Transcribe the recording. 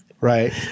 right